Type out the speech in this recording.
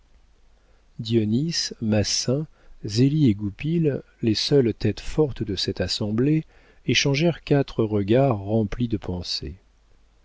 dionis massin zélie et goupil les seules têtes fortes de cette assemblée échangèrent quatre regards remplis de pensées